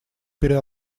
перед